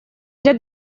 для